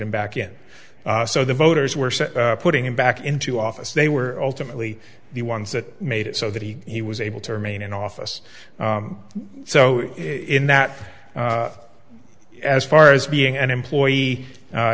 him back in so the voters were putting him back into office they were ultimately the ones that made it so that he was able to remain in office so in that as far as being an employee